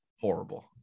Horrible